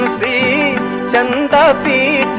the be